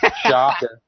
Shocking